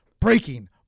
breaking